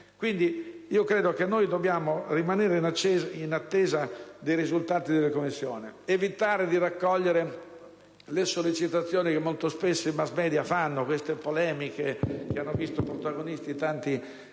Ritengo pertanto che dobbiamo rimanere in attesa dei risultati delle commissioni, evitare di raccogliere le sollecitazioni che molto spesso i *mass media* fanno le polemiche di cui abbiamo visto protagonisti tanti